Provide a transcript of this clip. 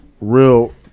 real